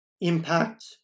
impact